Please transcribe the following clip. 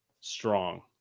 strong